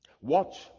Watch